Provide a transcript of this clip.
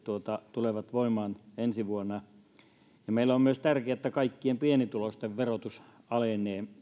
tulevat voimaan ensi vuonna meille on tärkeää myös että kaikkien pienituloisten verotus alenee